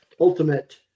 ultimate